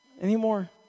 Anymore